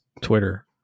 twitter